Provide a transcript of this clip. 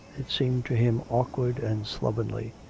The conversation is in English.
it seemed to him awkward and slovenly.